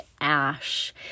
ash